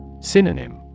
Synonym